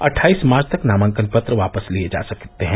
अट्ठाईस मार्च तक नामांकन पत्र वापस लिए जा सकते हैं